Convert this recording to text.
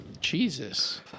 Jesus